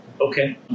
Okay